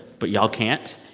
but y'all can't.